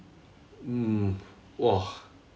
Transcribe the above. mm !wah!